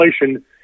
inflation